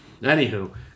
anywho